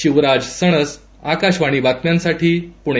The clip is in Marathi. शिवराज सणस आकाशवाणी बातम्यांसाठी पुणे